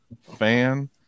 Fan